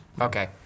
Okay